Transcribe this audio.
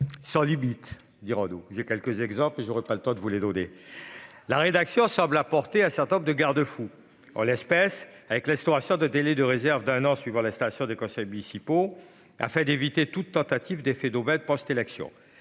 Sans limite 10 rando, j'ai quelques exemples, j'aurai pas le temps de vous les donner. La rédaction semble apporter un certain nombre de garde-fous. En l'espèce avec l'instauration de délai de réserve d'un an, suivant la station de Causses municipaux afin d'éviter toute tentative d'effet d'aubaine post-élection